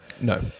No